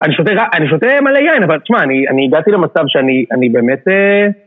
אני שותה מלא יין, אבל תשמע, אני הגעתי למצב שאני באמת...